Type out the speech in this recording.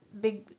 big